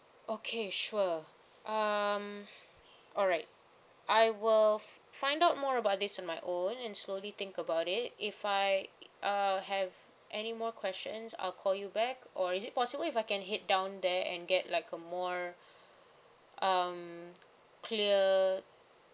okay sure um alright I will find out more about this on my own and slowly think about it if I err have any more questions I'll call you back or is it possible if I can head down there and get like a more um clear